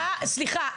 סליחה,